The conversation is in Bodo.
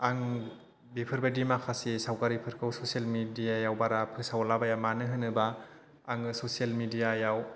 आं बिफोरबायदि माखासे सावगारिफोरखौ ससियेल मेदिया याव बारा फोसावला बाया मानो होनोबा आङो ससियेल मेदियायाव